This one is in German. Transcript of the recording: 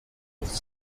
auf